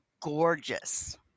gorgeous